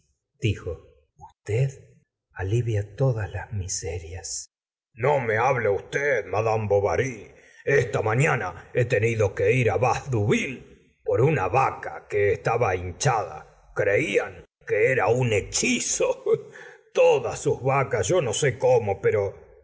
dijo usted alivia todas las miserias no me hable usted mad bovary esta mañana he tenido que ir bas diauville por una vaca que estaba hinchada creían que era un hechizo todas sus vacas yo no sé como pero